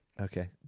Okay